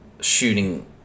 shooting